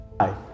Hi